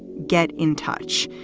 get in touch.